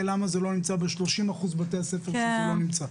למה זה לא נמצא ב-30% בתי הספר שזה לא נמצא.